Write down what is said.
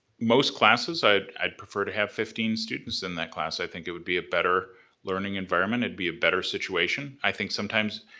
most classes i'd i'd prefer to have fifteen students in that class. i think it would be a better learning environment, it'd be a better situation. i think sometimes,